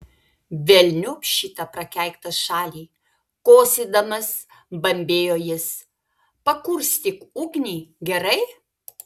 velniop šitą prakeiktą šalį kosėdamas bambėjo jis pakurstyk ugnį gerai